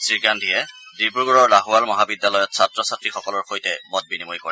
শ্ৰীগান্ধীয়ে ডিব্ৰগড়ৰ লাহোৱাল মহাবিদ্যালয়ত ছাত্ৰ ছাত্ৰীসকলৰ সৈতে মত বিনিময় কৰে